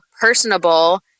personable